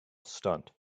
stunt